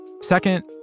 Second